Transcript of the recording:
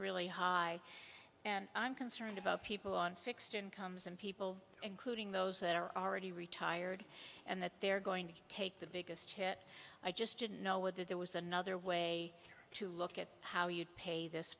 really high and i'm concerned about people on fixed incomes and people including those that are already retired and that they're going to take the biggest hit i just didn't know whether there was another way to look at how you pay this